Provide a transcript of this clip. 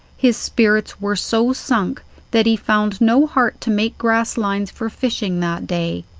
his spirits were so sunk that he found no heart to make grass lines for fishing that day,